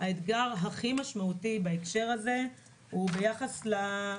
האתגר הכי משמעותי בהקשר הזה הוא מה הרצון של המתלוננים.